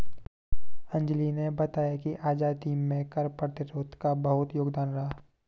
अंजली ने बताया कि आजादी में कर प्रतिरोध का बहुत योगदान रहा